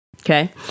Okay